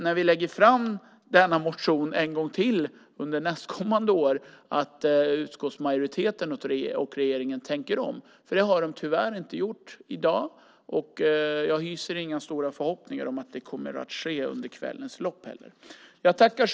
När vi motionerar om detta en gång till under nästkommande år hoppas jag att utskottsmajoriteten och regeringen tänker om. Det har de tyvärr inte gjort i dag, och jag hyser inga stora förhoppningar om att det kommer att ske under kvällens lopp heller. Herr talman!